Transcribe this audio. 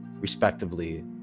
respectively